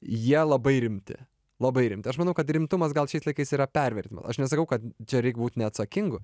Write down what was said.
jie labai rimti labai rimti aš manau kad rimtumas gal šiais laikais yra pervertinamas aš nesakau kad čia reik būt neatsakingu